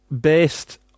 based